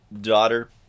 daughter